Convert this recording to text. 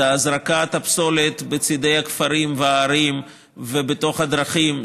זו זריקת הפסולת בצידי הכפרים והערים ובתוך הדרכים,